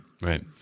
Right